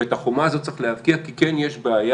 ואת החומה ה זאת צריך להבקיע, כי כן יש בעיה,